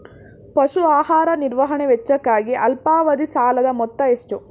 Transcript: ಪಶು ಆಹಾರ ನಿರ್ವಹಣೆ ವೆಚ್ಚಕ್ಕಾಗಿ ಅಲ್ಪಾವಧಿ ಸಾಲದ ಮೊತ್ತ ಎಷ್ಟು?